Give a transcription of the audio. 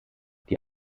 die